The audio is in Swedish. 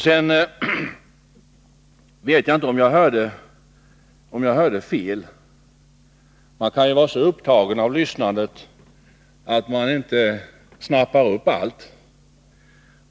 Sedan vet jag inte om jag kanske hörde fel — man kan ju vara så upptagen av lyssnandet att man inte snappar upp allt.